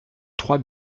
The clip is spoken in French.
trois